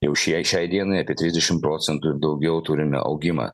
jau šiai šiai dienai apie trisdešim procentų ir daugiau turime augimą